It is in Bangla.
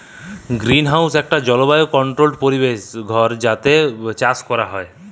গ্রিনহাউস একটা জলবায়ু কন্ট্রোল্ড পরিবেশ ঘর যাতে চাষ কোরা হয়